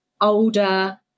older